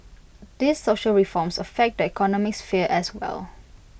these social reforms affect that economic sphere as well